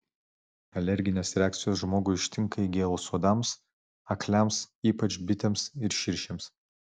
alerginės reakcijos žmogų ištinka įgėlus uodams akliams ypač bitėms ir širšėms